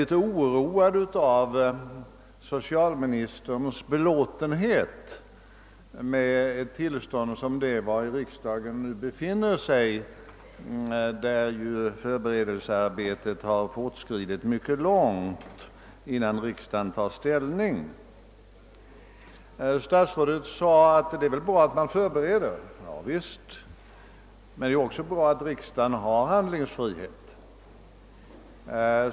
Litet oroad blev jag av socialministerns belåtenhet med det tillstånd vari riksdagen nu befinner sig på grund av att förberedelsearbetet inom sjukvården fortskridit mycket långt innan riksdagen fått tillfälle att ta ställning. Statsrådet sade: Det är väl bra att man förbereder ett ärende, Javisst, men det är också bra att riksdagen har handlingsfrihet.